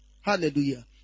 Hallelujah